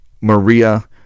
Maria